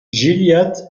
gilliatt